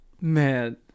Man